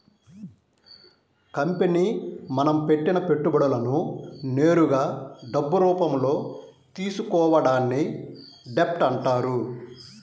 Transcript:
company మనం పెట్టిన పెట్టుబడులను నేరుగా డబ్బు రూపంలో తీసుకోవడాన్ని డెబ్ట్ అంటారు